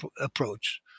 approach